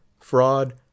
fraud